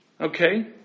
Okay